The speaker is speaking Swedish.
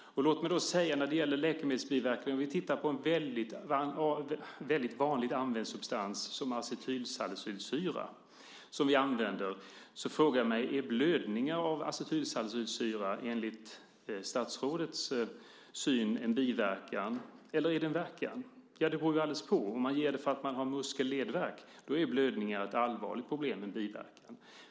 När det gäller läkemedelsbiverkningar, om vi tittar på en väldigt vanlig substans som acetylsalicylsyra som används, frågar jag mig: Är blödningar av acetylsalicylsyra enligt statsrådets syn en biverkan eller en verkan? Ja, det beror på. Om det ges för att man har muskel och ledvärk är blödningar ett allvarligt problem, en biverkan.